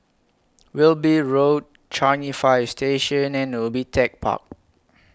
Wilby Road Changi Fire Station and Ubi Tech Park